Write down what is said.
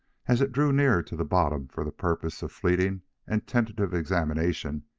as it drew near to the bottom, for the purpose of fleeting and tentative examination,